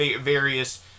various